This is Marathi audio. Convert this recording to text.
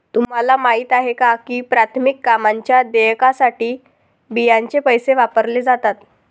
तुम्हाला माहिती आहे का की प्राथमिक कामांच्या देयकासाठी बियांचे पैसे वापरले जातात?